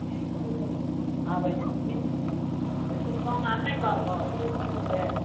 ठीक हइ तऽ आबै छी की किछु कम आओर नहि करबै ओ सभमे सँ